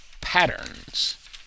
patterns